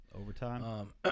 Overtime